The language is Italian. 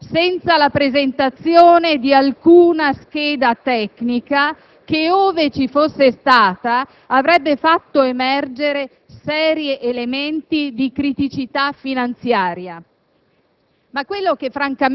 e, si badi, senza la presentazione di alcuna scheda tecnica che, ove ci fosse stata, avrebbe fatto emergere seri elementi di criticità finanziaria.